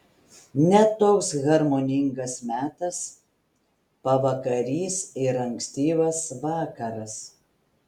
ne toks harmoningas metas pavakarys ir ankstyvas vakaras